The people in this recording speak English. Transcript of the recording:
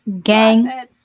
Gang